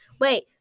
Wait